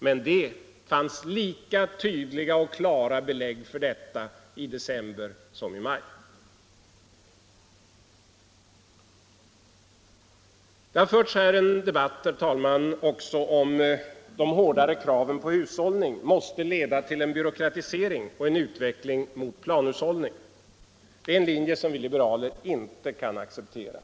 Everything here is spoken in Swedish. Men det fanns lika klara och tydliga belägg för detta i december som det finns i maj. Det har här också förts en debatt, herr talman, om huruvida de hårdare kraven på hushållning måste leda till en byråkratisering och en utveckling mot planhushållning. Det är en linje som vi liberaler inte kan acceptera.